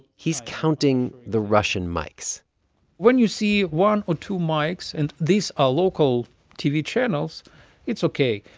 he's counting the russian mics when you see one or two mics and these are local tv channels it's ok.